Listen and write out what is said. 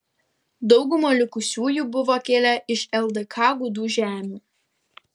dauguma likusiųjų buvo kilę iš ldk gudų žemių